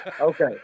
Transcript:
Okay